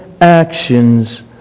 actions